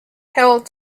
held